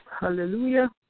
Hallelujah